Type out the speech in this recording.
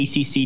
ACC